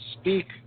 speak